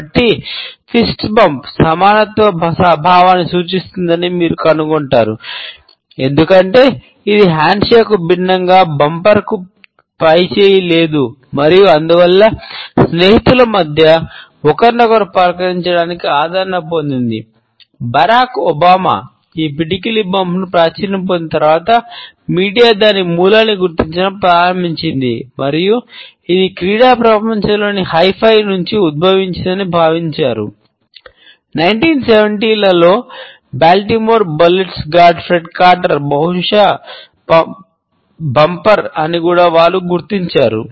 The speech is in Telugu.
కాబట్టి పిడికిలి బంప్ అని కూడా వారు గుర్తించారు